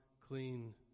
clean